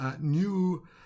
new